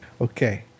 Okay